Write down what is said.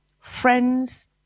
friends